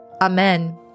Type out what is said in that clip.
Amen